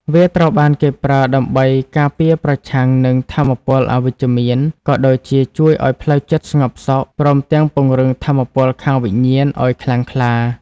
វាត្រូវបានគេប្រើដើម្បីការពារប្រឆាំងនឹងថាមពលអវិជ្ជមាន ក៏ដូចជាជួយឱ្យផ្លូវចិត្តស្ងប់សុខ ព្រមទាំងពង្រឹងថាមពលខាងវិញាណឱ្យខ្លាំងក្លា។